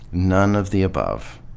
none of the above.